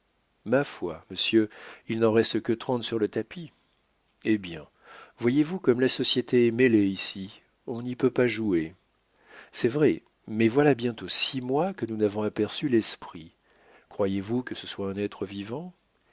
ma foi monsieur il n'en reste que trente sur le tapis hé bien voyez-vous comme la société est mêlée ici on n'y peut pas jouer c'est vrai mais voilà bientôt six mois que nous n'avons aperçu l'esprit croyez-vous que ce soit un être vivant